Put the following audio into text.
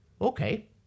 Okay